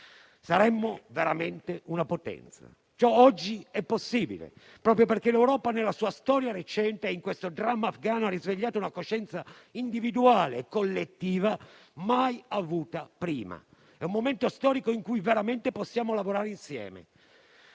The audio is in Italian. Saremmo veramente una potenza. Ciò oggi è possibile proprio perché l'Europa, nella sua storia recente, in questo dramma afghano ha risvegliato una coscienza individuale e collettiva mai avuta prima. È un momento storico in cui veramente possiamo lavorare insieme.